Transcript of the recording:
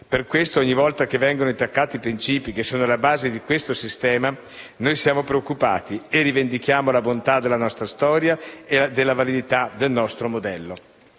Per questo, ogni volta che vengono intaccati i principi che sono alla base di questo sistema, noi siamo preoccupati e rivendichiamo la bontà della nostra storia e la validità del nostro modello.